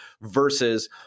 versus